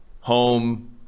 home